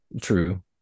true